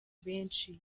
benshi